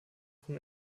von